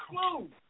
clue